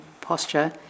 posture